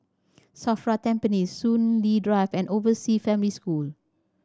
SAFRA Tampines Soon Lee Drive and Oversea Family School